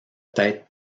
tête